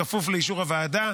בכפוף לאישור הוועדה.